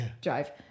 drive